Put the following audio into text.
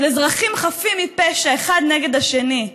של אזרחים חפים מפשע אחד נגד השני,